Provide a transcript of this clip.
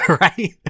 Right